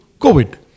COVID